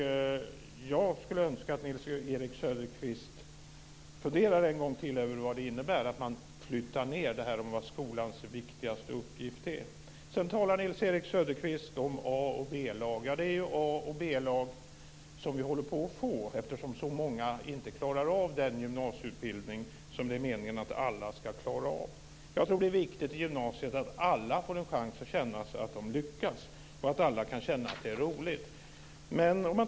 Jag skulle önska att Nils-Erik Söderqvist funderade en gång till över vad det innebär att man flyttar ned det som är skolans viktigaste uppgift. Sedan talar Nils-Erik Söderqvist om A och B-lag. Ja, det är A och B-lag som vi håller på att få, eftersom så många inte klarar av den gymnasieutbildning som det är meningen att alla ska klara av. Jag tror att det är viktigt att alla i gymnasiet får en chans att känna att de lyckas och att det är roligt.